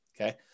Okay